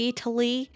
Italy